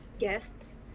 guests